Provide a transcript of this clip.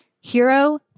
Hero